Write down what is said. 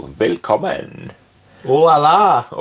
willkommen oooh la la.